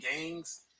gangs